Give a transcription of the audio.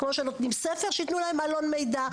כמו שמחלקים ספרים יחלקו גם עלון מידע.